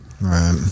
right